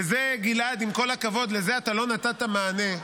וזה, גלעד, עם כל הכבוד, לזה אתה לא נתת מענה,